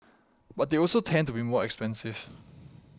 but they also tend to be more expensive